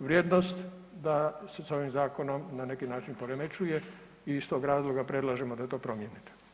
vrijednost da se s ovim zakonom na neki način poremećuje i iz tog razloga predlažemo da to promijenite.